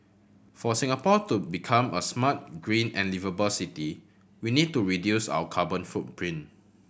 for Singapore to become a smart green and liveable city we need to reduce our carbon footprint